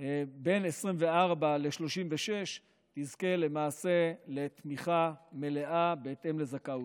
בין 24 ל-36 תזכה למעשה לתמיכה מלאה בהתאם לזכאותה.